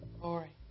glory